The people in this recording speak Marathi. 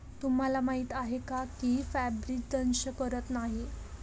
तुम्हाला माहीत आहे का की फ्रीबीज दंश करत नाही